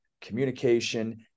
communication